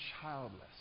childless